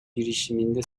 girişiminde